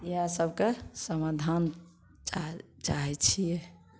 ईहए सबके समाधान चाहै चाहैत छियै